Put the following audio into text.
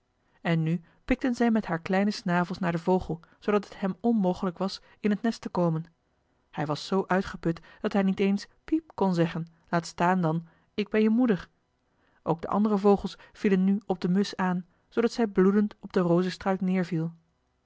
en nu pikten zij met haar kleine snavels naar den vogel zoodat het hem onmogelijk was in het nest te komen hij was zoo uitgeput dat hij niet eens piep kon zeggen laat staan dan ik ben je moeder ook de andere vogels vielen nu op de musch aan zoodat zij bloedend op den